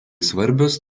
svarbios